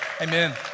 Amen